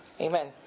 Amen